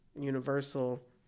universal